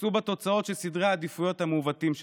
תישאו בתוצאות של סדרי העדיפויות המעוותים שלכם.